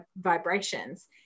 vibrations